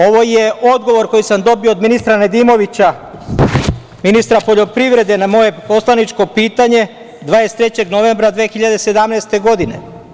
Ovo je odgovor koji sam dobio od ministra Nedimovića, ministra poljoprivrede na moje poslaničko pitanje 23. novembra 2017. godine.